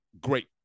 great